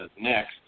next